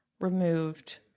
removed